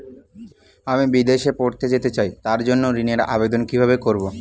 আমি বিদেশে পড়তে যেতে চাই তার জন্য ঋণের আবেদন কিভাবে করব?